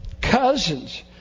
cousins